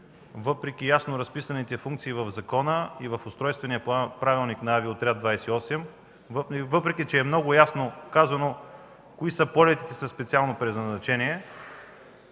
въпреки ясно разписаните функции в закона и в Устройствения правилник на Авиоотряд 28, и въпреки че много ясно е казано кои са полетите със специално предназначение,